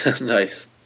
Nice